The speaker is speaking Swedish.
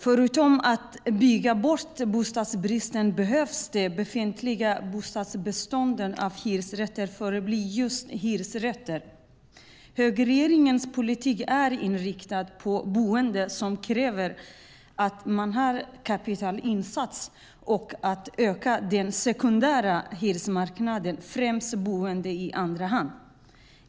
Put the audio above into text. Förutom att bygga bort bostadsbristen behöver det befintliga bostadsbeståndet av hyresrätter förbli just hyresrätter. Högerregeringens politik är inriktad på boenden som kräver att man har en kapitalinsats och på att öka den sekundära hyresmarknaden, främst boende i andra hand.